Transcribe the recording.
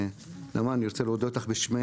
גב' גלבשטיין,